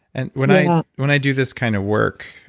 and when i when i do this kind of work,